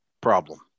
problem